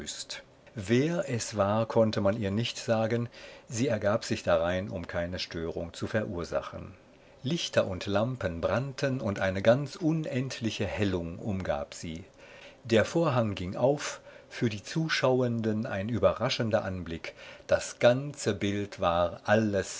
wer es war konnte man ihr nicht sagen sie ergab sich darein um keine störung zu verursachen lichter und lampen brannten und eine ganz unendliche hellung umgab sie der vorhang ging auf für die zuschauenden ein überraschender anblick das ganze bild war alles